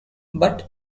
but